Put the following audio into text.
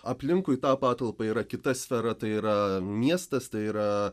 aplinkui tą patalpą yra kita sfera tai yra miestas tai yra